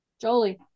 Jolie